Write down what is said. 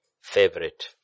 favorite